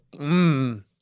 mmm